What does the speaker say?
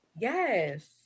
Yes